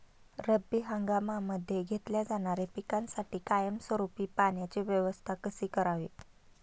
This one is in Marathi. रब्बी हंगामामध्ये घेतल्या जाणाऱ्या पिकांसाठी कायमस्वरूपी पाण्याची व्यवस्था कशी करावी?